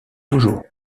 toujours